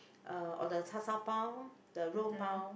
uh or the char-siew-pau the 肉 pau